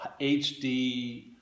HD